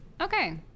okay